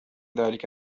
ذلك